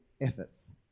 efforts